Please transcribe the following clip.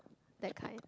that kind